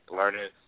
learning